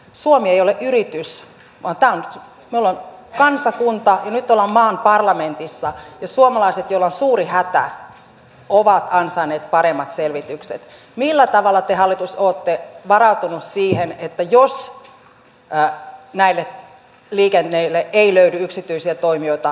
suomi ei ole yritys ottaa jalo tahansa kunta ylittää maan parlamentissa ja suomalaiset jolla suuri hätä ovat ansainneet paremmat selvitykset millä tavalla te hallitus sopi varaa siihen että jos jää näille liikenteille ei löydy yksityisiä toimijoita